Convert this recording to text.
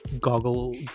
goggle